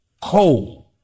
Cold